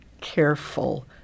careful